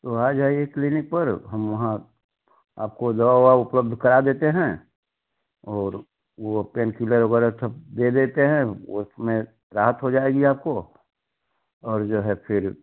तो आ जाइए क्लिनिक पर हम वहाँ आपको दवा ववा उपलब्ध करा देते हैं और वह पेन किलर वग़ैरह सब दे देते हैं उसमें राहत हो जाएगी आपको और जो है फिर